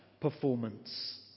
performance